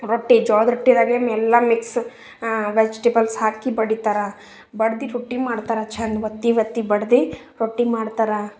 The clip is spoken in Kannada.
ರೊಟ್ಟಿ ಜೋಳದ ರೊಟ್ಟಿದಾಗೇ ಎಲ್ಲ ಮಿಕ್ಸ್ ವೆಜಿಟೇಬಲ್ಸ್ ಹಾಕಿ ಬಡಿತಾರೆ ಬಡ್ದು ರೊಟ್ಟಿ ಮಾಡ್ತಾರೆ ಚಂದ ಒತ್ತಿ ಒತ್ತಿ ಬಡ್ದು ರೊಟ್ಟಿ ಮಾಡ್ತಾರೆ